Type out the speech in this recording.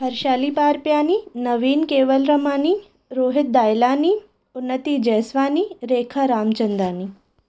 Harshali Tarpiyani Naveen Kewalramani Rohit Dayalani Unnati Jaiswani Rekha Ramchandani